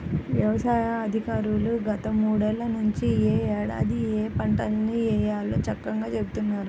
యవసాయ అధికారులు గత మూడేళ్ళ నుంచి యే ఏడాది ఏయే పంటల్ని వేయాలో చక్కంగా చెబుతున్నారు